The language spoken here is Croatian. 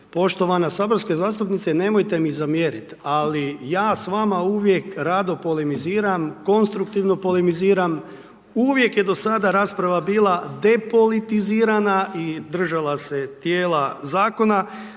poštovana saborska zastupnice nemojte mi zamjerit ali ja s vama uvijek rado polemiziram, konstruktivno polemiziram, uvijek je do sada rasprava bila depolitizirana i držala se tijela zakona